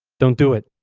don't do it.